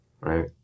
Right